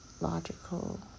logical